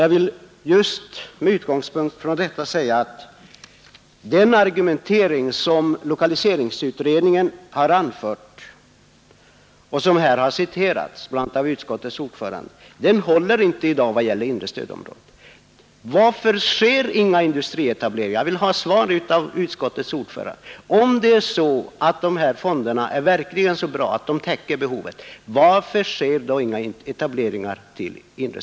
Jag vill just med utgångspunkt i detta säga att den argumentering som lokaliseringsutredningen har anfört — att det räcker med investeringsfonderna — och som här har citerats av bl.a. utskottets ordförande inte håller i dag vad gäller inre stödområdet. Det är därför man ställer frågan: Varför sker inga industrietableringar? Om dessa fonder verkligen är så bra att de täcker behovet, varför sker då inga etableringar i Norrlands inland?